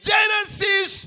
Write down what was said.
Genesis